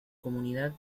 comunidad